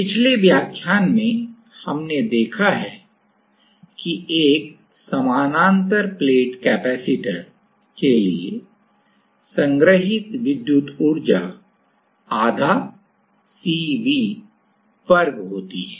पिछले व्याख्यान में हमने देखा है कि एक समानांतर प्लेट कैपेसिटरसंधारित्र के लिए संग्रहीत विद्युत ऊर्जा आधा CV वर्ग होती है